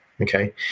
Okay